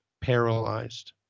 paralyzed